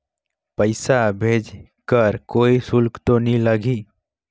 पइसा भेज कर कोई शुल्क तो नी लगही?